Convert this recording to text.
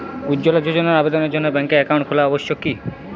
উজ্জ্বলা যোজনার আবেদনের জন্য ব্যাঙ্কে অ্যাকাউন্ট খোলা আবশ্যক কি?